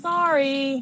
Sorry